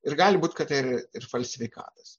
ir gali būti kad tai ir ir falsifikatas